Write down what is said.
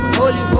holy